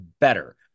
better